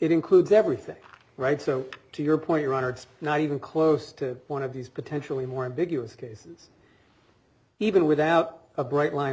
it includes everything right so to your point your honor it's not even close to one of these potentially more ambiguous cases even without a bright line